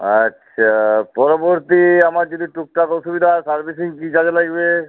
আচ্ছা পরবর্তী আমার যদি টুকটাক অসুবিধা হয় সার্ভিসিং কি যা লাগবে